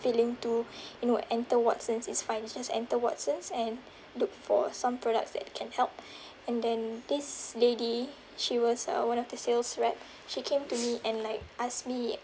feeling to you know enter Watsons it's fine just enter Watsons and look for some products that can help and then this lady she was uh one of the sales rep she came to me and like ask me